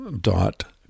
dot